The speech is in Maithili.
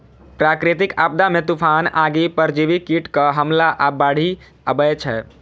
प्राकृतिक आपदा मे तूफान, आगि, परजीवी कीटक हमला आ बाढ़ि अबै छै